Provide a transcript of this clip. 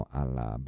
alla